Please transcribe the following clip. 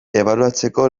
ebaluatzeko